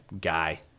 guy